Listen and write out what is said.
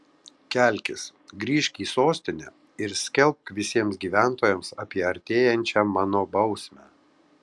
kelkis grįžk į sostinę ir skelbk visiems gyventojams apie artėjančią mano bausmę